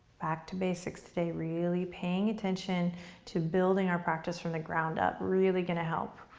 back to basics today, really paying attention to building our practice from the ground up, really gonna help.